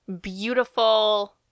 beautiful